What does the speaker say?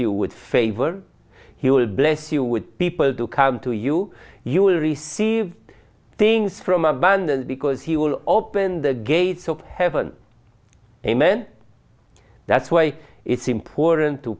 you with favor he will bless you with people to come to you you will receive things from abandoned because he will open the gates of heaven amen that's why it's important to